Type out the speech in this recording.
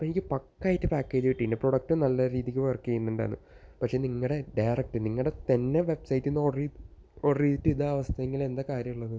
എനിക്ക് പക്കാ ആയിട്ട് പാക്ക് ചെയ്ത് കിട്ടിയിട്ടുണ്ട് പ്രോഡക്റ്റ് നല്ല രീതിക്ക് വർക്ക് ചെ യ്യുന്നുണ്ടായിരുന്നു പക്ഷെ നിങ്ങളുടെ ഡയറക്റ്റ് നിങ്ങളുടെ തന്നെ വെബ്സൈറ്റിൽ നിന്ന് ഓർഡർ ചെയ്ത് ഓർഡർ ചെയ്തിട്ട് ഇതാ അവസ്ഥയെങ്കിൽ എന്താ കാര്യമുള്ളത്